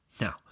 Now